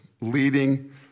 leading